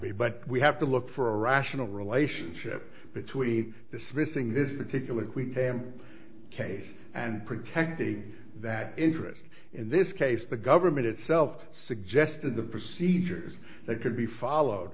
be but we have to look for a rational relationship between dismissing this particular case we can case and protecting that interest in this case the government itself suggested the procedures that could be followed